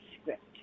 script